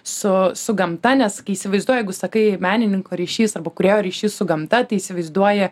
su su gamta nes įsivaizduoju jeigu sakai menininko ryšys arba kūrėjo ryšys su gamta įsivaizduoji